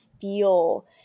feel